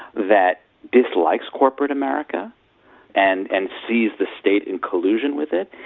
that dislikes corporate america and and sees the state in collusion with it,